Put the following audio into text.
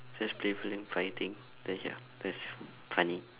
just playfully fighting then ya that's funny